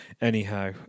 anyhow